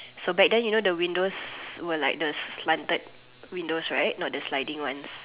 so back then you know the windows were like the slanted windows right not the sliding one